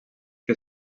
que